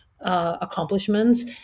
accomplishments